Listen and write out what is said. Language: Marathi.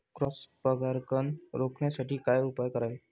क्रॉस परागकण रोखण्यासाठी काय उपाय करावे?